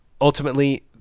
Ultimately